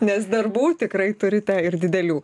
nes darbų tikrai turite ir didelių